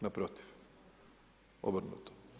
Naprotiv, obrnuto.